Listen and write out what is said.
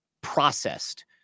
processed